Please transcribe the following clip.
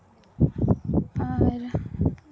ᱟᱨ